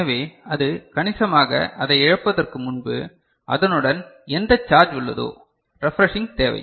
எனவே அது கணிசமாக அதை இழப்பதற்கு முன்பு அதனுடன் எந்தக் சார்ஜ் உள்ளதோ ரெப்றேஷிங் தேவை